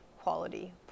quality